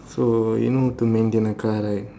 so you know how to maintain a car right